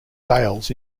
sails